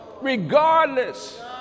regardless